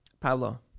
Pablo